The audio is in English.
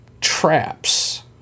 traps